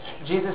Jesus